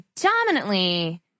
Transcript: predominantly